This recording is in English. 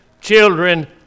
children